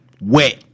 Wet